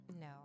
No